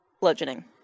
bludgeoning